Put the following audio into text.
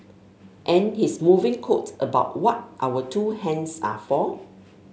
and his moving quote about what our two hands are for